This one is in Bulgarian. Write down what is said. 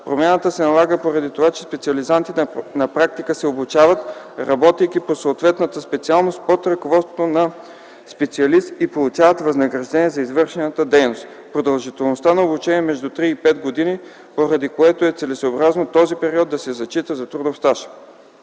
Промяната се налага поради това, че специализантите на практика се обучават, работейки по съответната специалност под ръководството на съответен специалист, и получават възнаграждение за извършена дейност. Продължителността на обучението е между 3 и 5 години, поради което е целесъобразно този период да се зачита за трудов стаж.